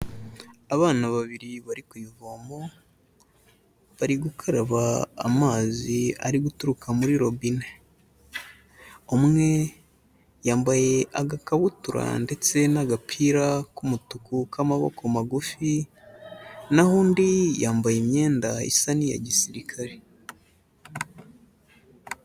Abana babiri bari ku ivomo, bari gukaraba amazi ari guturuka muri robine, umwe yambaye agakabutura ndetse n'agapira k'umutuku k'amaboko magufi, naho undi yambaye imyenda isa n'iya gisirikare.